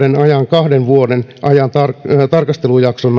kahden vuoden tarkastelujakson